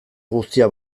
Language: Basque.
guztia